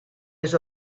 les